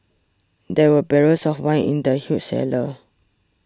there were barrels of wine in the huge cellar